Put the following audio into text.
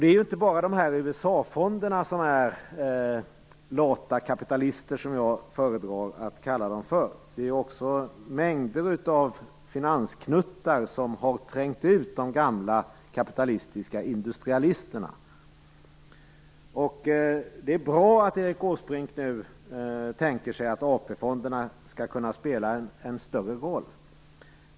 Det är inte bara USA-fonderna - jag föredrar att kalla dem lata kapitalister - utan även mängder av finansknuttar som har trängt ut de gamla kapitalistiska industrialisterna. Det är bra att Erik Åsbrink nu tänker sig att AP-fonderna skall kunna spela en större roll.